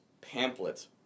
pamphlets